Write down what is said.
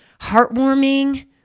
heartwarming